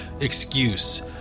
excuse